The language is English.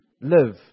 live